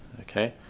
Okay